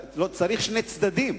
צריך שני צדדים.